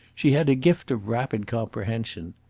she had a gift of rapid comprehension.